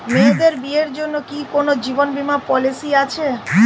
মেয়েদের বিয়ের জন্য কি কোন জীবন বিমা পলিছি আছে?